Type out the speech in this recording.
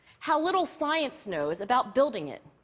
how little science knows, about building it.